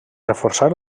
reforçar